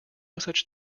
such